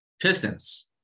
Pistons